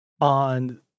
on